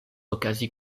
okazi